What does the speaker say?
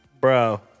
Bro